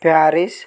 Paris